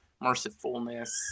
mercifulness